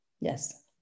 Yes